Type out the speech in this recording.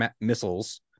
missiles